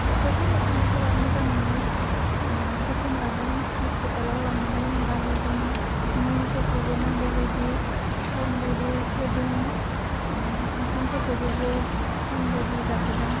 बेफोरखौ नख'रनिफोरा मोजाङैनो जोथोन लादों हस्पिटालाव लांदों लाबोदों मुलिफोरखौबो नांगौ बायदि सम बायदि होदों ओंखाम फोरखौबो जे सम बायदि जाहोदों